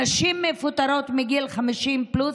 נשים מפוטרות בגיל 50 פלוס